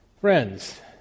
Friends